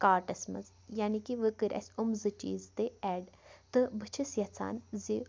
کارٹَس منٛز یعنی کہِ وۄنۍ کٔرۍ اسہِ یِم زٕ چیٖز تہِ ایٚڈ تہٕ بہٕ چھَس یَژھان زِ